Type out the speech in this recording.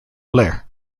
blair